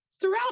Throughout